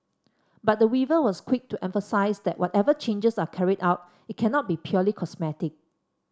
but the Weaver was quick to emphasise that whatever changes are carried out it cannot be purely cosmetic